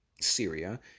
Syria